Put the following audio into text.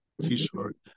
T-shirt